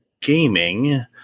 gaming